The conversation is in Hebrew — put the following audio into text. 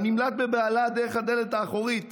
הנמלט בבהלה דרך הדלת האחורית,